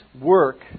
work